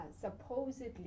supposedly